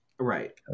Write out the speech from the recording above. Right